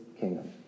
kingdom